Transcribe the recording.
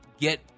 get